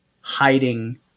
hiding